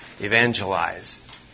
evangelize